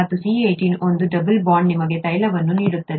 ಮತ್ತು C18 ಒಂದೇ double bond ನಿಮಗೆ ತೈಲವನ್ನು ನೀಡುತ್ತದೆ